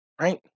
right